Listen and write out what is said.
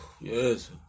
Yes